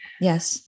Yes